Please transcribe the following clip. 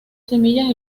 semillas